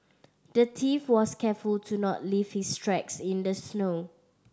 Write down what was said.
the thief was careful to not leave his tracks in the snow